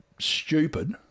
stupid